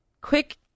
quick